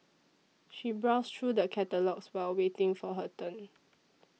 she browsed through the catalogues while waiting for her turn